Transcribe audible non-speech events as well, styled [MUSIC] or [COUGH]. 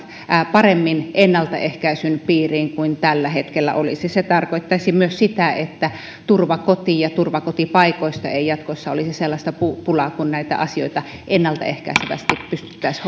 paremmin ennaltaehkäisyn piiriin kuin ne tällä hetkellä ovat se tarkoittaisi myös sitä että turvakodeista ja turvakotipaikoista ei jatkossa olisi sellaista pulaa kun näitä asioita ennaltaehkäisevästi pystyttäisiin [UNINTELLIGIBLE]